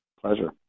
Pleasure